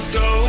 go